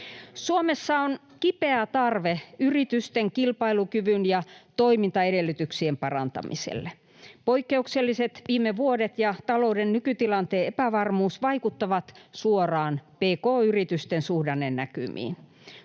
Suomessa on kipeä tarve yritysten kilpailukyvyn ja toimintaedellytyksien parantamiselle. Poikkeukselliset viime vuodet ja talouden nykytilanteen epävarmuus vaikuttavat suoraan pk-yritysten suhdannenäkymiin.